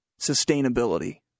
sustainability